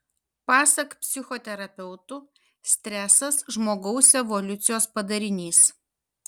pasak psichoterapeutų stresas žmogaus evoliucijos padarinys